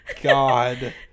God